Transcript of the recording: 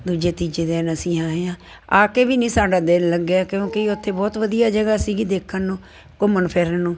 ਦੂਜੇ ਤੀਜੇ ਦਿਨ ਅਸੀਂ ਆਏ ਹਾਂ ਆ ਕੇ ਵੀ ਨਹੀਂ ਸਾਡਾ ਦਿਲ ਲੱਗਿਆ ਕਿਉਂਕਿ ਉੱਥੇ ਬਹੁਤ ਵਧੀਆ ਜਗ੍ਹਾ ਸੀਗੀ ਦੇਖਣ ਨੂੰ ਘੁੰਮਣ ਫਿਰਨ ਨੂੰ